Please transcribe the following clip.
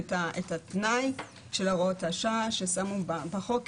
את התנאי של הוראת השעה ששמו בחוק,